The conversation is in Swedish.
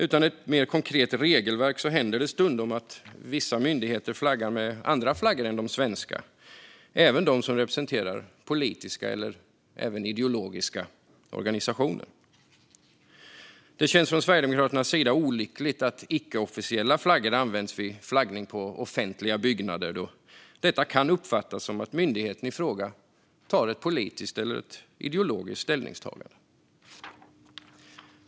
Utan ett mer konkret regelverk händer det stundom att vissa myndigheter flaggar med andra flaggor än den svenska, även sådana som representerar politiska eller ideologiska organisationer. Det känns från Sverigedemokraternas sida olyckligt att icke-officiella flaggor används vid flaggning på offentliga byggnader då detta kan uppfattas som att myndigheten i fråga tar ett politiskt eller ideologiskt ställningstagande.